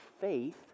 faith